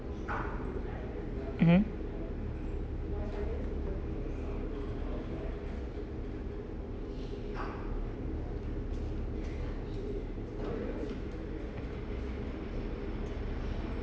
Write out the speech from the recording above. mmhmm